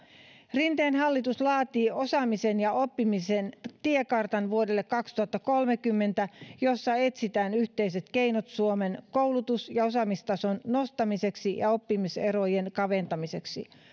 rinteen hallitus laatii osaamisen ja oppimisen tiekartan vuodelle kaksituhattakolmekymmentä jossa etsitään yhteiset keinot suomen koulutus ja osaamistason nostamiseksi ja oppimiserojen kaventamiseksi